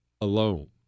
alone